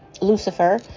lucifer